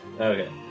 Okay